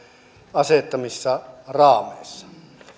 asettamissa raameissa